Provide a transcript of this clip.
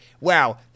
Wow